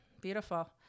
Beautiful